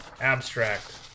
Abstract